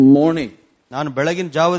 morning